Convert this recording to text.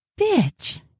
Bitch